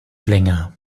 länger